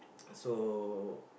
so